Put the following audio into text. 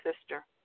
sister